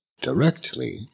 Directly